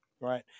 right